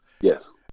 Yes